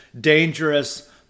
dangerous